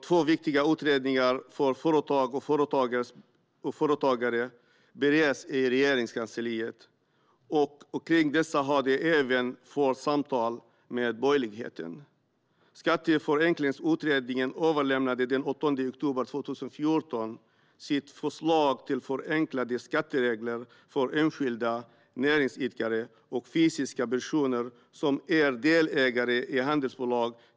Två viktiga utredningar för företag och företagare bereds i Regeringskansliet, och kring dessa har det även förts samtal med borgerligheten. Skatteförenklingsutredningen överlämnade den 8 oktober 2014 till regeringen sitt förslag till förenklade skatteregler för enskilda näringsidkare och fysiska personer som är delägare i handelsbolag.